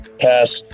Pass